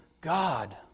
God